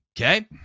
okay